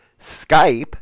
Skype